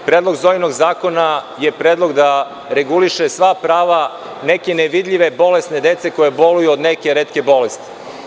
Predlog Zojinog zakona je predlog da reguliše sva prava neke nevidljive bolesne dece koja boluju od neke retke bolesti.